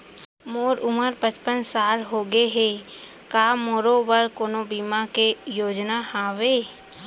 मोर उमर पचपन साल होगे हे, का मोरो बर कोनो बीमा के योजना हावे?